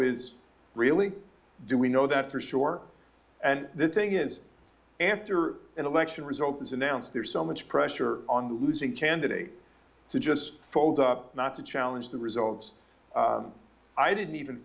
is really do we know that for sure and the thing is after an election results announced there's so much pressure on the losing candidate to just fold up not to challenge the results i didn't even